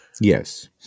Yes